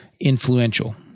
influential